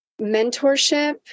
mentorship